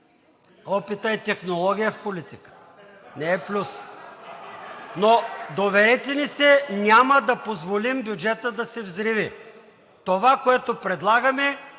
опитът е технология в политиката. Не е плюс. Доверете ни се. Няма да позволим бюджетът да се взриви. Това, което предлагаме,